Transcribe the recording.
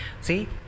See